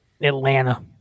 Atlanta